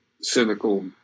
cynical